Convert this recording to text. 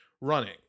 running